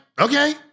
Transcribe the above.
okay